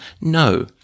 No